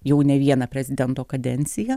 jau ne vieną prezidento kadenciją